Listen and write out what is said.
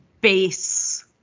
base